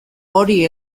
hori